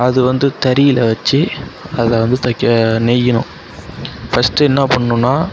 அதுவந்து தறியில் வெச்சி அதை வந்து தைக்க நெய்யணும் ஃபஸ்ட்டு என்ன பண்ணணுன்னா